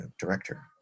director